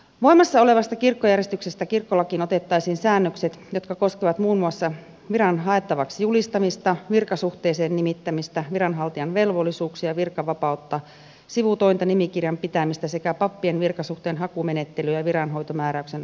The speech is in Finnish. voimassa olevasta kirkkojärjestyksestä kirkkolakiin otettaisiin säännökset jotka koskevat muun muassa viran haettavaksi julistamista virkasuhteeseen nimittämistä viranhaltijan velvollisuuksia virkavapautta sivutointa nimikirjan pitämistä sekä pappien virkasuhteen hakumenettelyä ja viranhoitomääräyksen antamista